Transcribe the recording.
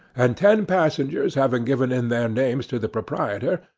and ten passengers having given in their names to the proprietor,